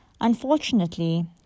Unfortunately